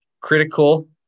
critical